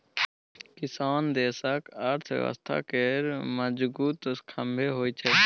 किसान देशक अर्थव्यवस्था केर मजगुत खाम्ह होइ छै